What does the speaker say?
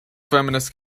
feminist